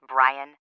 Brian